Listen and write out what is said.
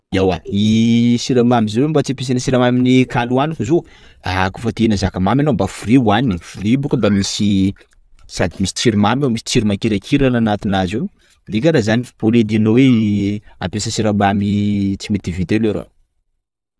Ewa, iii siramamy zio mba tsy ampiana siramamy kaly hoaniko zio, ah koafa te ihinana zaka mamy anao mba fruit hoanina, fruit boaka mba misy sady misy tsiro mamy ao, misy tsiro makirakirana anatinazy ao, de karah zany, au lieu de anao hoe ampiasa siramamy tsy mety vita io leroa.